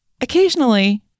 occasionally